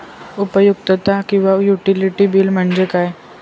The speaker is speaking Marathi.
उपयुक्तता किंवा युटिलिटी बिल म्हणजे काय?